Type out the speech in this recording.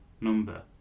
number